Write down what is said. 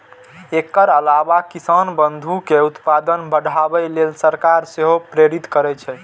एकर अलावा किसान बंधु कें उत्पादन बढ़ाबै लेल सरकार सेहो प्रेरित करै छै